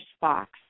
box